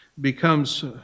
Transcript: becomes